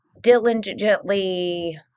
diligently